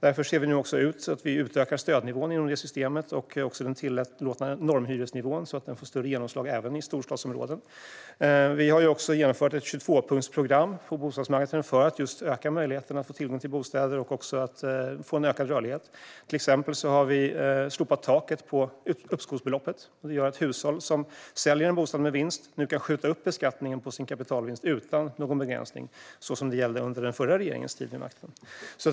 Vi ser därför nu till att utöka stödnivån inom detta system liksom den tillåtna normhyresnivån, så att den får större genomslag även i storstadsområden. Vi har även genomfört ett 22-punktsprogram på bostadsmarknaden för att öka möjligheterna att få tillgång till bostäder och även få en ökad rörlighet. Exempelvis har vi slopat taket på uppskovsbeloppet. Det innebär att ett hushåll som säljer sin bostad med vinst nu kan skjuta upp beskattningen på kapitalvinsten, utan någon begränsning som fallet var under den förra regeringens tid vid makten.